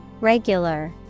Regular